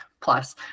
Plus